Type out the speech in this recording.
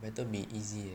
better be easy